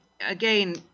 again